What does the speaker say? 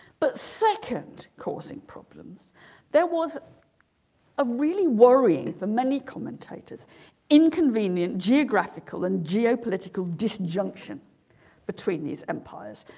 but second causing problems there was a really worrying for many commentators in convenient geographical and geopolitical disjunction between these empires